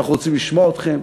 אנחנו רוצים לשמוע אתכם,